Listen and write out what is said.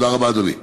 תודה רבה, אדוני.